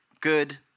good